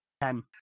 Ten